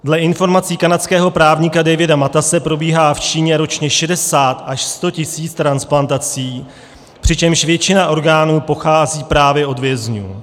Dle informací kanadského právníka Davida Matase probíhá v Číně ročně 60 až 100 tisíc transplantací, přičemž většina orgánů pochází právě od vězňů.